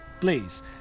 Please